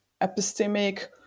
epistemic